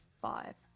five